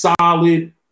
solid